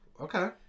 okay